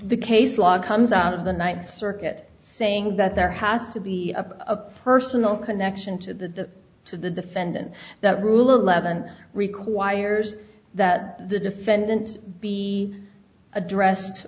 the case law comes out of the ninth circuit saying that there has to be a personal connection to the to the defendant that rule eleven requires that the defendant be addressed